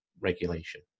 regulation